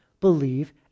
believe